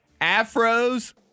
Afros